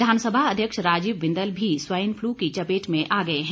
विधानसभा अध्यक्ष राजीव बिंदल भी swine flu की चपेट में आ गए हैं